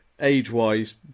Age-wise